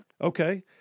okay